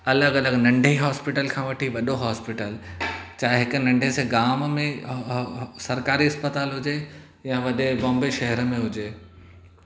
अलॻि अलॻि नंढी हॉस्पिटल खां वठी वॾो हॉस्पिटल चाहे हिकु नंढे से गाँव में सरकारी इस्पतालि हुजे या वॾे बॉम्बे शहर में हुजे